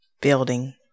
building